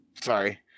Sorry